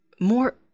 more